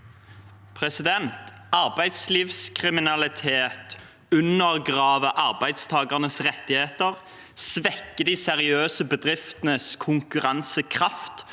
Arbeidslivs- kriminalitet undergraver arbeidstakernes rettigheter, svekker de seriøse bedriftenes konkurransekraft